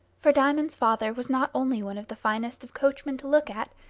for diamond's father was not only one of the finest of coachmen to look at,